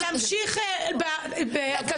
תמשיך --- מה זה משנה,